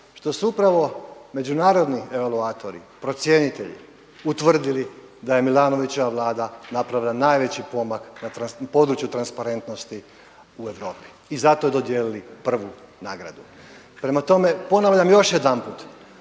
što su upravo međunarodni evoluatori procjenitelji utvrdili da je MIlanovićeva vlada napravila najveći pomak na području transparentnosti u Europi i zato dodijelili prvu nagradu. Prema tome, ponavljam još jedanput,